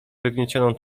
wygniecioną